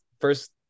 first